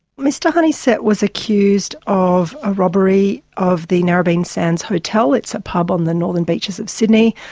mr honeysett was accused of a robbery of the narrabeen sands hotel, it's a pub on the northern beaches of sydney.